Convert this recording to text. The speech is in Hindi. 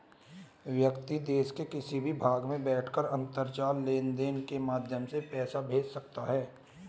व्यक्ति देश के किसी भी भाग में बैठकर अंतरजाल लेनदेन के माध्यम से पैसा भेज सकता है